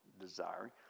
desiring